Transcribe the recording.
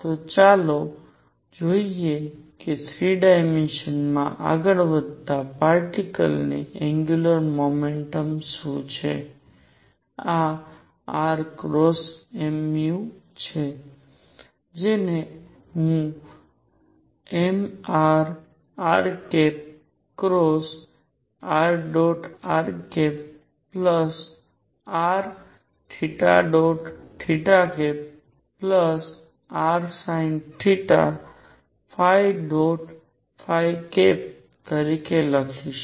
તો ચાલો જોઈએ કે 3 ડાયમેન્શન માં આગળ વધતા પાર્ટીકલની એંગ્યુંલર મોમેન્ટમ શું છે આ r× mv છે જેને હું mrrrrrrsinθ તરીકે લખિસ